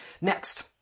Next